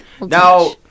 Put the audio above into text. now